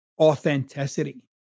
authenticity